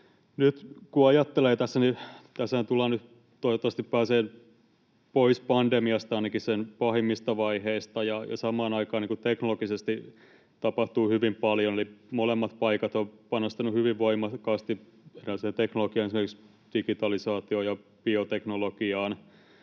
nyt kun ajattelee tässä, niin nyt toivottavasti pääsee pois pandemiasta, ainakin sen pahimmista vaiheista, ja samaan aikaan teknologisesti tapahtuu hyvin paljon. Eli molemmat paikat ovat panostaneet hyvin voimakkaasti teknologiaan, esimerkiksi digitalisaatioon ja bioteknologiaan,